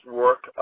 work